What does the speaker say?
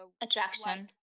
attraction